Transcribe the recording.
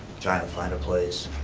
find a place,